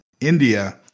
India